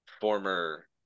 former